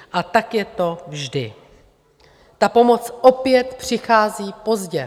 A tak je to vždy, ta pomoc opět přichází pozdě.